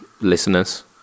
listeners